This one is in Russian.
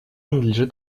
надлежит